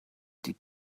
die